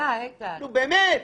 באמת.